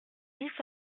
dix